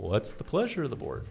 lets the pleasure of the board